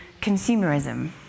consumerism